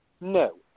No